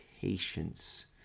patience